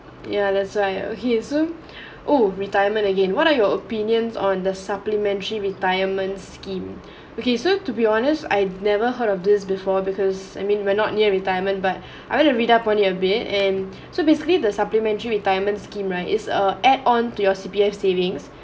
ya that's why okay so oh retirement again what are your opinions on the supplementary retirement scheme okay so to be honest I'd never heard of this before because I mean we're not near retirement but I went read up on it a bit and so basically the supplementary retirement scheme right is a add onto your C_P_F savings